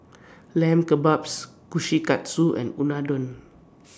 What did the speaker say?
Lamb Kebabs Kushikatsu and Unadon